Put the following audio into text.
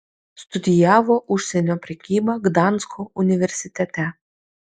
studijavo užsienio prekybą gdansko universitete